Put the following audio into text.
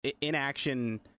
inaction